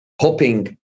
hoping